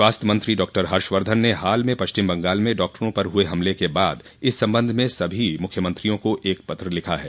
स्वास्थ्य मंत्री डॉक्टर हर्षवर्धन ने हाल में पश्चिम बंगाल में डॉक्टरों पर हुए हमलों के बाद इस संबंध में सभी मुख्यमंत्रियों को पत्र लिखा ह